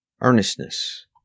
Earnestness